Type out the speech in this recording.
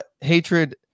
hatred